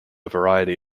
variety